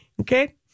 Okay